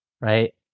right